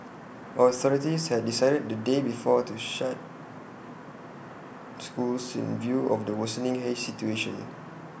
authorities had decided the day before to shut schools in view of the worsening haze situation